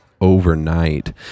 overnight